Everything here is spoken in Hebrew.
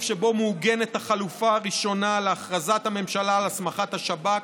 שבו מעוגנת החלופה הראשונה להכרזת הממשלה על הסמכת השב"כ,